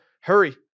Hurry